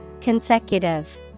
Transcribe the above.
Consecutive